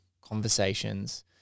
conversations